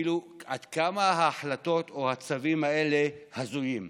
דוגמה עד כמה ההחלטות או הצווים האלה הזויים.